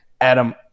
Adam